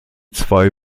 zwei